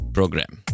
Program